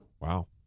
Wow